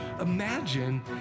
imagine